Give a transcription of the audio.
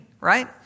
right